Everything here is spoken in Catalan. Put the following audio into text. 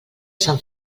sant